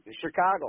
Chicago